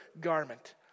garment